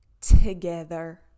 together